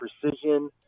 precision